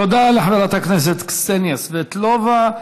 תודה לחברת הכנסת קסניה סבטלובה.